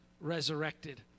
resurrected